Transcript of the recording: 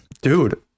dude